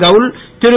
கவுல் திரு